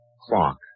clock